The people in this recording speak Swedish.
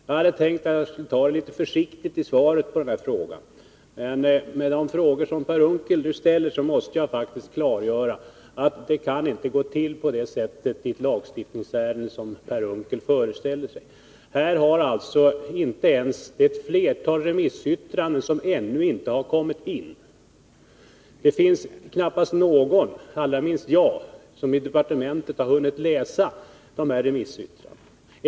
Herr talman! Jag hade tänkt att jag skulle ta det litet försiktigt i svaret på den här frågan, men med anledning av de frågor som Per Unckel nu ställer måste jag faktiskt klargöra att det inte kan gå till på det sättet i ett lagstiftningsärende som Per Unckel föreställer sig. Flera remissyttranden har ännu inte kommit in. Knappast någon i departementet, allra minst jag, har hunnit läsa remissyttrandena.